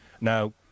Now